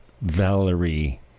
Valerie